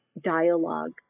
dialogue